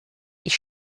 ich